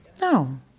No